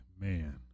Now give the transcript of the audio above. man